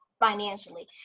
financially